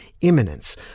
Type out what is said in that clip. imminence